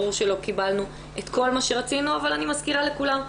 ברור שלא קיבלנו את כל מה שרצינו אבל אני מזכירה לכולם,